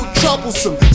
troublesome